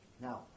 Now